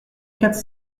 quatre